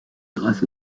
grâce